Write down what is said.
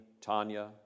Tanya